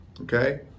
Okay